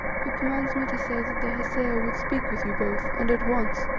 who commands me to say that the hesea would speak with you both and at once.